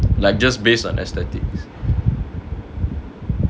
like just based on aesthetics